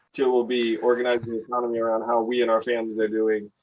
two will be organizing the economy around how we and our families are doing.